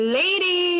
lady